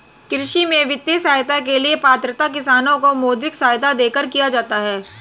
कृषि में वित्तीय सहायता के लिए पात्रता किसानों को मौद्रिक सहायता देकर किया जाता है